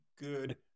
Good